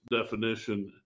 definition